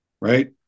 right